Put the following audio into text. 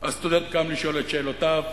הסטודנט קם לשאול את שאלותיו,